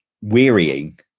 wearying